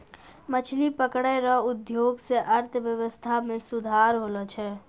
मछली पकड़ै रो उद्योग से अर्थव्यबस्था मे सुधार होलो छै